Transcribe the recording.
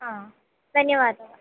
हा धन्यवादः